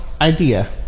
idea